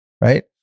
right